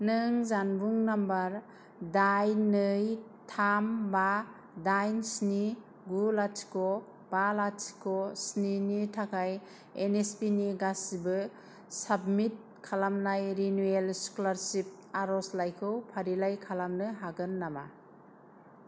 नों जानबुं नाम्बार दाइन नै थाम बा दाइन स्नि गु लाथिख' बा लाथिख' स्नि नि थाखाय एन एस पि नि गासिबो साबमिट खालामनाय रिनिउयेल स्कलारसिप आरजलाइखौ फारिलाइ खालामनो हागोन नामा